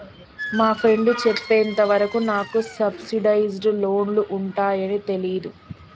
మా ఫ్రెండు చెప్పేంత వరకు నాకు సబ్సిడైజ్డ్ లోన్లు ఉంటయ్యని తెలీదు